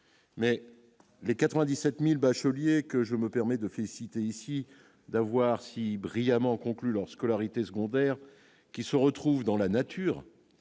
mais les 97000 bacheliers que je me permets de féliciter ici d'avoir si brillamment conclu lors scolarité secondaire qui se retrouvent dans la nature,